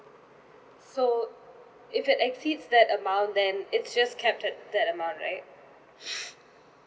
so if it exceeds that amount then it's just kept at that amount right